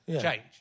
change